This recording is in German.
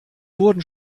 wurden